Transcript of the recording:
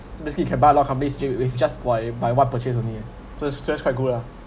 basically you can buy a lot of companies straight away just via by what purchase only uh so is just quite good lah